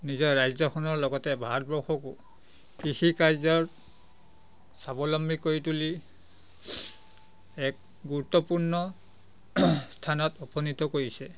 নিজৰ ৰাজ্যখনৰ লগতে ভাৰতবৰ্ষকো কৃষিকাৰ্যত স্বাৱলম্বী কৰি তুলি এক গুৰুত্বপূৰ্ণ স্থানত উপনীত কৰিছে